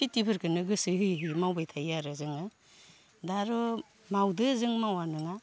खिथिफोरखौनो गोसो होयै होयै मावबाय थायो आरो जोङो दा र' मावदो जों मावा नोङा